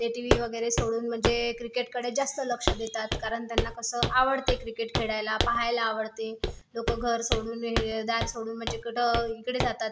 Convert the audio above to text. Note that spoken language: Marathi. ते टीव्ही वगैरे सोडून म्हणजे क्रिकेटकडेच जास्त लक्ष देतात कारण त्यांना कसं आवडते क्रिकेट खेळायला पाहायला आवडते लोकं घर सोडून हे दार सोडून म्हणजे कुठं इकडे जातात